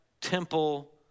temple